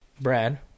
Brad